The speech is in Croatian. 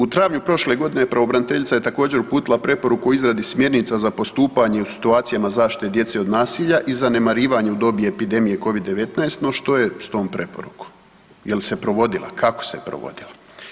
U travnju prošle godine pravobraniteljica je također uputila preporuku o izradi smjernica za postupanje u situacijama zaštite djece od nasilja i zanemarivanje u doba epidemije Covid-19, no što s tom preporukom, jel se provodila, kako se provodila.